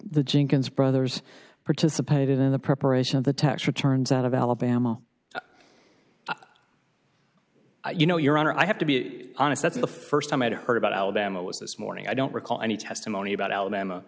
jenkins brothers participated in the preparation of the tax returns out of alabama you know your honor i have to be honest that's the st time i'd heard about alabama was this morning i don't recall any testimony about alabama